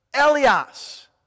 Elias